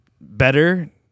better